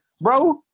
bro